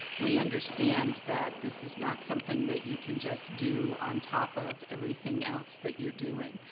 we understand that this is not something that you can just do on top of everything else that you're doing.